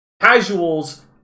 casuals